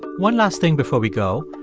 one last thing before we go,